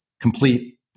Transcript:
complete